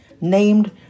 Named